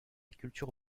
culture